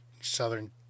southern